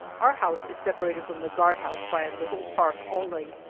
our house is separated from the guardhouse by a little park only,